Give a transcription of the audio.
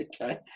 Okay